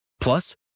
Plus